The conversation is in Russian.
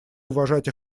уважать